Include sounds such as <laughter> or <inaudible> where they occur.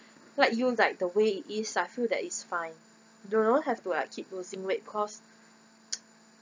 like you like the way it is I feel that is fine don't have to like keep losing weight cause <noise>